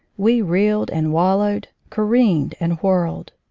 we reeled and wallowed, careened and whirled.